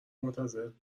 منتظرت